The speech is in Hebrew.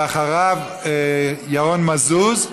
ואחריו, ירון מזוז,